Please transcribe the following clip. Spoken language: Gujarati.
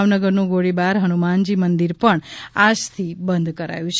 ભાવનગરનું ગોળીબાર હનુમાનમંદિર પણ આજથી બંધ કરાયું છે